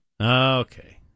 Okay